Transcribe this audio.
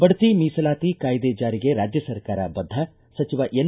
ಬಡ್ತಿ ಮೀಸಲಾತಿ ಕಾಯ್ದೆ ಜಾರಿಗೆ ರಾಜ್ಯ ಸರ್ಕಾರ ಬದ್ಧ ಸಚಿವ ಎನ್